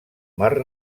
mar